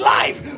life